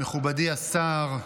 מכובדי השר,